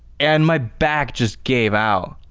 and my back just gave out.